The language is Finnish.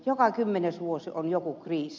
joka kymmenes vuosi on joku kriisi